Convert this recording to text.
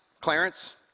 Clarence